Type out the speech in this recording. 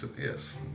Yes